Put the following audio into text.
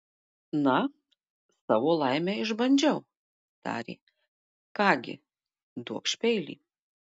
na savo laimę išbandžiau tarė ką gi duokš peilį